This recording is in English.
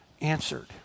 answered